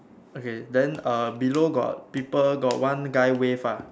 okay then uh below got people got one guy wave ah